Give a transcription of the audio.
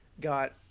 got